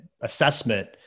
assessment